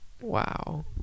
Wow